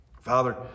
Father